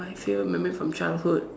my favourite memory from childhood